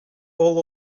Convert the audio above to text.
all